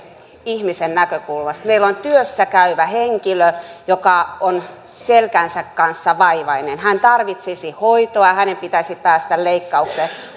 ihmisen näkökulmasta meillä on työssä käyvä henkilö joka on selkänsä kanssa vaivainen hän tarvitsisi hoitoa hänen pitäisi päästä leikkaukseen